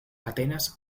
atenas